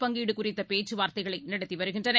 பங்கீடு குறித்த பேச்சுவார்த்தைகள் நடத்தி வருகின்றன